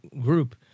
group